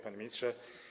Panie Ministrze!